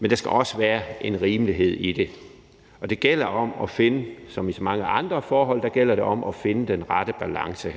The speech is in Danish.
Men der skal også være en rimelighed i det, og som i så mange andre forhold gælder det om at finde den rette balance.